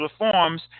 reforms